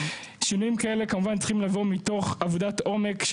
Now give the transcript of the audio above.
שינויים כאלה כמובן צריכים לבוא מתוך עבודת עומק.